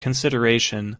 consideration